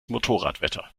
motorradwetter